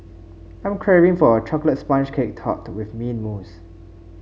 I am craving for a chocolate sponge cake topped with mint mousse